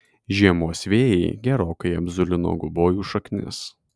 žiemos vėjai gerokai apzulino gubojų šaknis